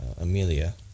Amelia